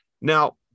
Now